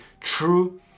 true